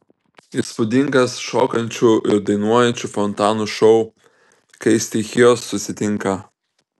įspūdingas šokančių ir dainuojančių fontanų šou kai stichijos susitinka